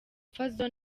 fazzo